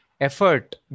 effort